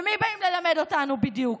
ומי באים ללמד אותנו בדיוק?